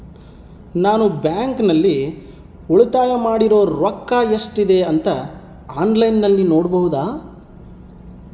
ನಾನು ಬ್ಯಾಂಕಿನಲ್ಲಿ ಉಳಿತಾಯ ಮಾಡಿರೋ ರೊಕ್ಕ ಎಷ್ಟಿದೆ ಅಂತಾ ಆನ್ಲೈನಿನಲ್ಲಿ ನೋಡಬಹುದಾ?